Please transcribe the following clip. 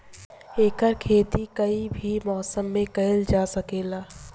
एकर खेती कोई भी मौसम मे कइल जा सके ला